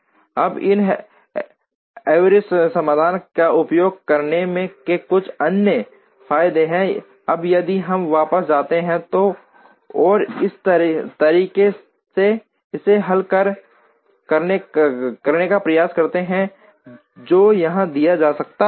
अब इन हेयुरिस्टिक समाधानों का उपयोग करने के कुछ अन्य फायदे हैं अब यदि हम वापस जाते हैं और इस तरीके से इसे हल करने का प्रयास करते हैं जो यहां दिया गया है